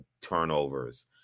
turnovers